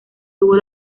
tuvo